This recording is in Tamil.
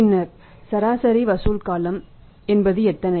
பின்னர் சராசரி வசூல் காலம் என்பது எத்தனை